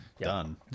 Done